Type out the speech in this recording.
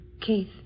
Keith